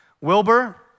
Wilbur